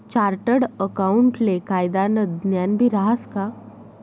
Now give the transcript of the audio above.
chartered अकाऊंटले कायदानं ज्ञानबी रहास का